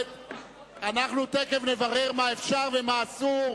אנחנו תיכף נברר מה אפשר ומה אסור.